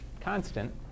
constant